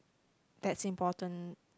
that's important